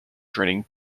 training